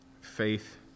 Faith